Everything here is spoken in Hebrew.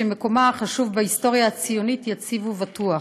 שמקומה החשוב בהיסטוריה הציונית יציב ובטוח,